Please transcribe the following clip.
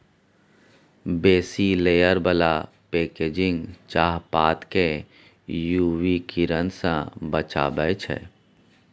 बेसी लेयर बला पैकेजिंग चाहपात केँ यु वी किरण सँ बचाबै छै